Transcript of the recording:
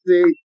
See